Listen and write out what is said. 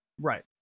Right